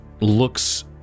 looks